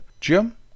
Jim